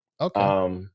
okay